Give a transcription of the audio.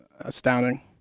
astounding